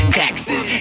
taxes